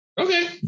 okay